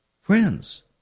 Friends